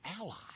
ally